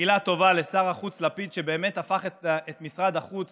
מילה טובה לשר החוץ לפיד, שבאמת הפך את משרד החוץ